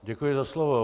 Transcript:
Děkuji za slovo.